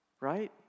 Right